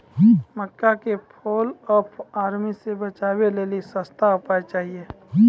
मक्का के fall of army से बचाबै लेली सस्ता उपाय चाहिए?